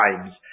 times